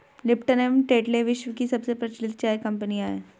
Lipton and Tetley विश्व की सबसे प्रचलित चाय कंपनियां है